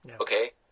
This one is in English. Okay